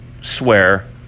swear